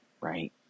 right